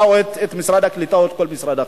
או את משרד הקליטה או כל משרד אחר.